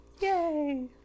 yay